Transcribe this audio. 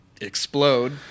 explode